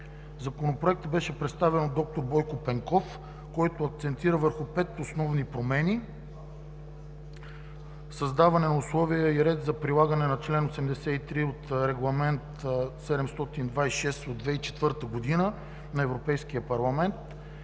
Законопроектът беше представен от доктор Бойко Пенков, който акцентира върху петте основни промени. Създаване на условия и ред за прилагане на чл. 83 от Регламент (ЕО) № 726/2004 на Европейския парламент